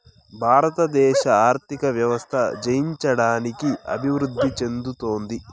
భారతదేశ ఆర్థిక వ్యవస్థ జయించడానికి అభివృద్ధి చెందుతోంది